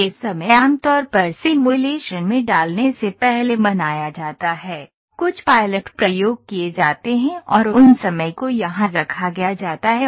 ये समय आमतौर पर सिमुलेशन में डालने से पहले मनाया जाता है कुछ पायलट प्रयोग किए जाते हैं और उन समय को यहां रखा जाता है